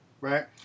right